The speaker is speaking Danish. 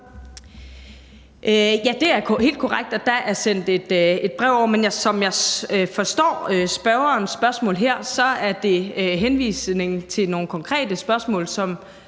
Ja, det er helt korrekt, at der er sendt et brev over, men som jeg forstår spørgerens spørgsmål her, så henvises der til nogle konkrete spørgsmål, som